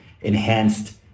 enhanced